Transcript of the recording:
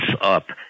up